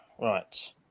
Right